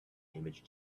image